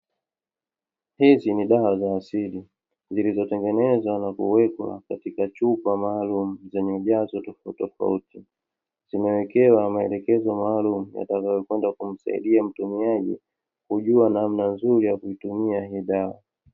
Hizi ni dawa za asili zilizotengenezwa na kuwekwa katika chupa maalumu zenye ujazo tofautitofauti, zimewekewa maelekezo maalumu yatakayoweza kumsaidia mtumiaji kujua namna nzuri ya kuitumia hii dawa.